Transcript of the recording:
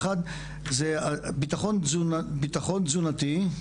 אחד זה ביטחון תזונתי,